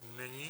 Není.